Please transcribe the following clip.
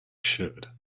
should